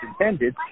intended